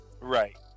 right